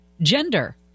gender